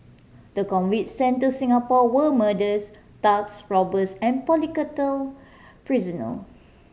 the convicts sent to Singapore were murderers thugs robbers and political prisonal